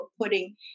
putting